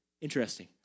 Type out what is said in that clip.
Interesting